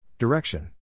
Direction